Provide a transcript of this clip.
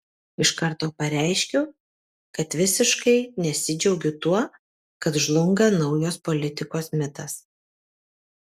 iš karto pareiškiu kad visiškai nesidžiaugiu tuo kad žlunga naujos politikos mitas